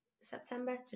September